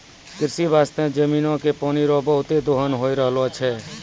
कृषि बास्ते जमीनो के पानी रो बहुते दोहन होय रहलो छै